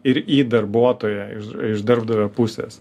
ir į darbuotoją iš darbdavio pusės